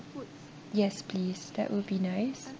yes please that will be nice